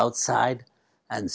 outside and